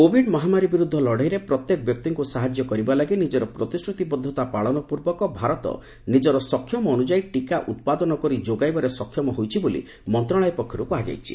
Covid ମହାମାରୀ ବିରୁଦ୍ଧ ଲଢ଼େଇରେ ପ୍ରତ୍ୟେକ ବ୍ୟକ୍ତିଙ୍କୁ ସାହାଯ୍ୟ କରିବା ଲାଗି ନିଜର ପ୍ରତିଶ୍ରତିବଦ୍ଧତା ପାଳନ ପୂର୍ବକ ଭାରତ ନିଜର ସକ୍ଷମ ଅନ୍ୟଯାୟୀ ଟିକା ଉତ୍ପାଦନ କରି ଯୋଗାଇବାରେ ସକ୍ଷମ ହୋଇଛି ବୋଲି ମନ୍ତ୍ରଣାଳୟ ପକ୍ଷରୁ କୁହାଯାଇଛି